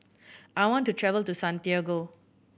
I want to travel to Santiago